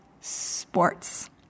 sports